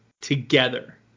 together